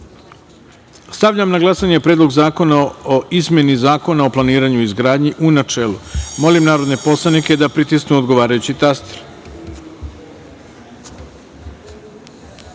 na glasanje Predlog zakona o izmeni Zakona o planiranju i izgradnji, u načelu. Molim narodne poslanike da pritisnu odgovarajući